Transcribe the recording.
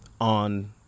On